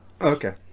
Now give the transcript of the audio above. Okay